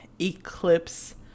eclipse